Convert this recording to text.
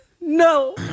No